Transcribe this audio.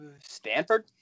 Stanford